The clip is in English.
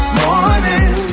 morning